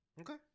Okay